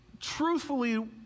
truthfully